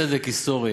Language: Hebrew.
צדק היסטורי: